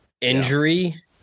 injury